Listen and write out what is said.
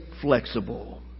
flexible